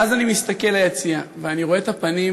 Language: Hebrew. ואז אני מסתכל ליציע ואני רואה את הפנים